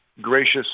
gracious